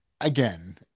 again